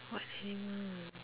what animal